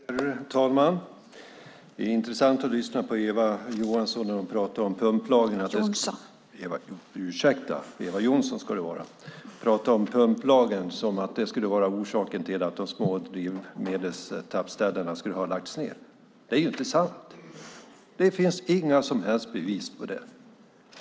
Herr talman! Det är intressant att lyssna på Eva Johnsson när hon pratar om pumplagen som om den skulle vara orsaken till att de små drivmedelstappställena lagts ned. Det är inte sant! Det finns inga som helst bevis för det.